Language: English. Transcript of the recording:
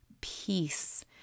peace